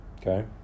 Okay